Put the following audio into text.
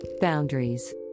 Boundaries